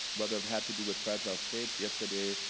whether it had to do with fragile states yesterday,